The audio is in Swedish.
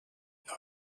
jag